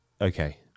Okay